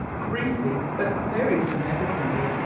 briefly, but very significantly,